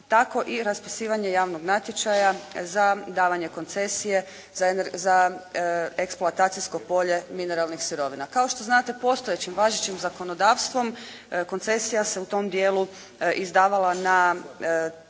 tako i raspisivanje javnog natječaja za davanje koncesije za eksploatacijsko polje mineralnih sirovina. Kao što znate postojećim važećim zakonodavstvom koncesija se u tom dijelu izdavala na